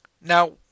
Now